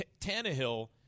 Tannehill